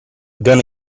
gonna